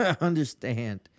Understand